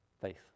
Faith